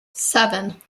seven